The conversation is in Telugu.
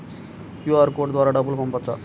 క్యూ.అర్ కోడ్ ద్వారా డబ్బులు పంపవచ్చా?